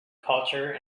culture